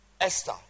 Esther